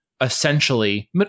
essentially